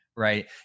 Right